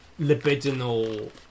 libidinal